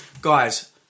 guys